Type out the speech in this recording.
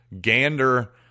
gander